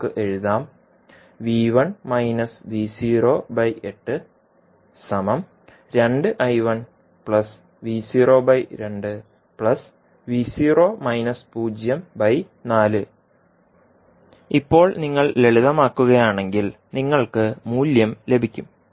നമുക്ക് എഴുതാം ഇപ്പോൾ നിങ്ങൾ ലളിതമാക്കുകയാണെങ്കിൽ നിങ്ങൾക്ക് മൂല്യം ലഭിക്കും